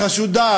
החשודה.